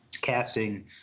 casting